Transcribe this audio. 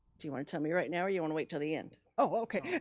do you want to tell me right now, or you want to wait till the end? oh, okay.